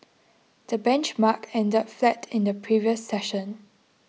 the benchmark ended flat in the previous session